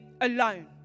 alone